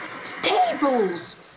Stables